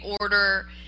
order